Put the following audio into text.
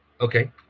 Okay